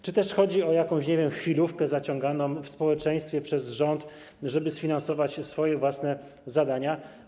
Czy też chodzi o jakąś, nie wiem, chwilówkę zaciąganą w społeczeństwie przez rząd, żeby sfinansować własne zadania?